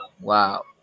Wow